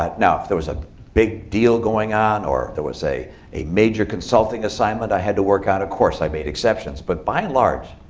ah now, if there was a big deal going on, or there was a a major consulting assignment i had to work on, of course, i made exceptions. but by and large,